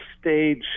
stage